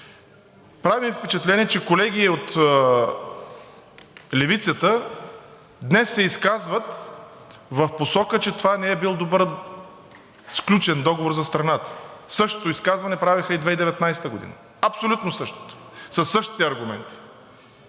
Прави ми впечатление, че колеги от левицата днес се изказват в посока, че това не е бил добър сключен договор за страната. Същото изказване правеха и 2019 г., абсолютно същото, със същите аргументи,